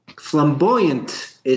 flamboyant